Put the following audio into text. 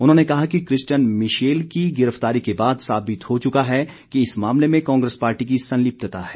उन्होंने कहा कि किश्चन मिशेल की गिरफतारी के बाद साबित हो चुका है कि इस मामले में कांग्रेस पार्टी की संलिप्तता है